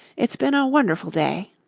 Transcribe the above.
it's been a wonderful day.